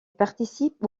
participe